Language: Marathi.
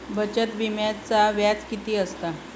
बचत विम्याचा व्याज किती असता?